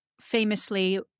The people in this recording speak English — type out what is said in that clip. famously